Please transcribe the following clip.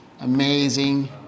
Amazing